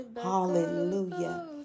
hallelujah